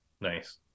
Nice